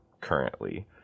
currently